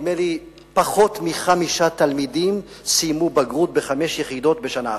נדמה לי שפחות מחמישה תלמידים סיימו בגרות בחמש יחידות בשנה אחת,